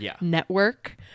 network